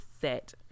set